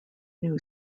new